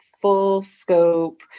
full-scope